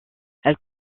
elle